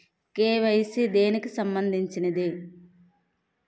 KYC దేనికి సంబందించింది?